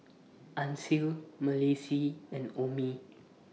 Ancil Malissie and Omie